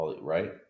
right